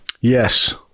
Yes